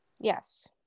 Yes